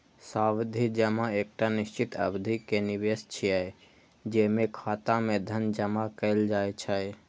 सावधि जमा एकटा निश्चित अवधि के निवेश छियै, जेमे खाता मे धन जमा कैल जाइ छै